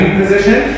position